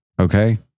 Okay